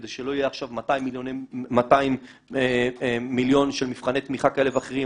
כדי שלא יהיו עכשיו 200 מיליון של מבחני תמיכה כאלה ואחרים